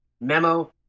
memo